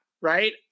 right